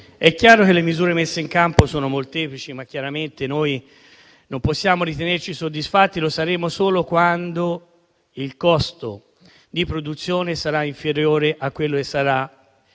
è chiaro che le misure messe in campo sono molteplici, ma non possiamo ritenerci soddisfatti; lo saremo solo quando il costo di produzione sarà inferiore al prezzo